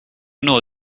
know